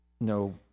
no